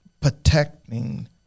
protecting